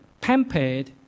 pampered